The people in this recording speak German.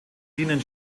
dienen